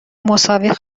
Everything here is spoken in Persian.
مساوی